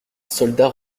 soldat